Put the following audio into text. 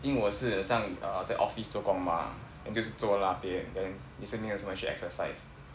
因我是很像 uh 在 office 做工嘛 then 就是坐那边 then recently also 没有去 exercise